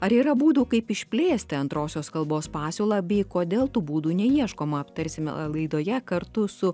ar yra būdų kaip išplėsti antrosios kalbos pasiūlą bei kodėl tų būdų neieškoma aptarsime laidoje kartu su